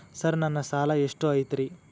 Sir ನನ್ನ ಸಾಲಾ ಎಷ್ಟು ಐತ್ರಿ?